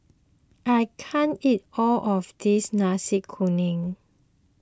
I can't eat all of this Nasi Kuning